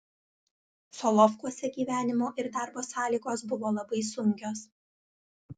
solovkuose gyvenimo ir darbo sąlygos buvo labai sunkios